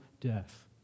death